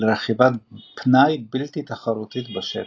לרכיבת פנאי בלתי תחרותית בשטח.